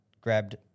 grabbed